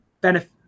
benefit